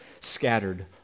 scattered